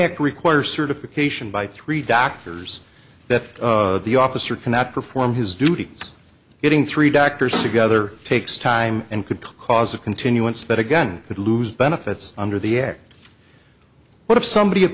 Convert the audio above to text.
act requires certification by three doctors that the officer cannot perform his duties getting three doctors together takes time and could cause a continuance but again could lose benefits under the act what if somebody